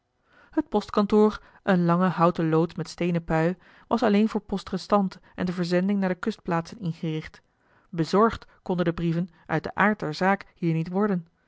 het postkantoor eene lange houten loods met steenen pui was alleen voor poste restante en de verzending naar de kustplaatsen ingericht bezorgd konden de brieven uit den aard der zaak hier niet worden